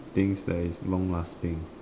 things that is long lasting